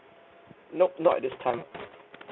nope not at this time